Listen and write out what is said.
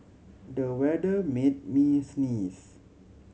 the weather made me sneeze